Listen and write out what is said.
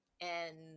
and-